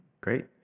great